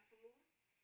Foods